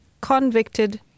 convicted